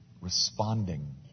responding